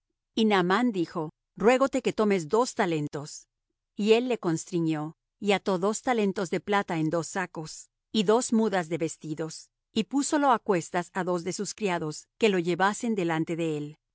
y naamán dijo ruégote que tomes dos talentos y él le constriñó y ató dos talentos de plata en dos sacos y dos mudas de vestidos y púsolo á cuestas á dos de sus criados que lo llevasen delante de él